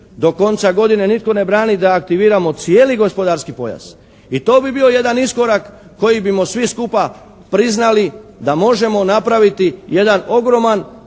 do konca godine nitko ne brani da aktiviramo cijeli gospodarski pojas. I to bi bio jedan iskorak koji bimo svi skupa priznali da možemo napraviti jedan ogroman